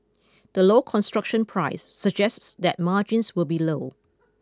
the low construction price suggests that margins will be low